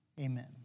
Amen